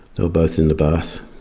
were both in the bath.